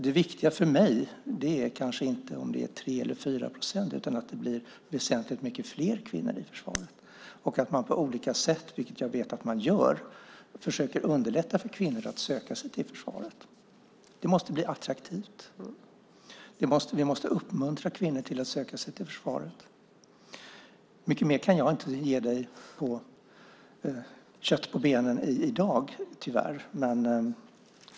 Det viktiga för mig är kanske inte om det är 3 eller 4 procent utan att det blir väsentligt mycket fler kvinnor i försvaret. Jag vet att man på olika sätt försöker att underlätta för kvinnor att söka sig till försvaret. Det måste bli attraktivt. Vi måste uppmuntra kvinnor att söka sig till försvaret. Mycket mer kan jag i dag tyvärr inte ge dig som kött på benen.